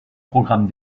programme